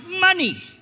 money